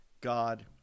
God